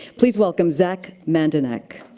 please welcome zach mandinach.